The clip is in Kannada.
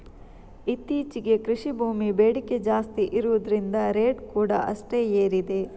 ಇತ್ತೀಚೆಗೆ ಕೃಷಿ ಭೂಮಿ ಬೇಡಿಕೆ ಜಾಸ್ತಿ ಇರುದ್ರಿಂದ ರೇಟ್ ಕೂಡಾ ಅಷ್ಟೇ ಏರಿದೆ